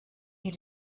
you